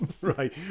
right